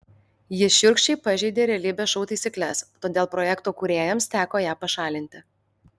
ji šiurkščiai pažeidė realybės šou taisykles todėl projekto kūrėjams teko ją pašalinti